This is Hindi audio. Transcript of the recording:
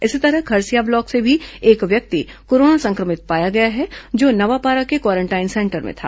इसी तरह खरसिया ब्लॉक से भी एक व्यक्ति कोरोना संक्रमित पाया गया है जो नवापारा के क्वारेंटाइन सेंटर में था